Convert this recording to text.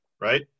right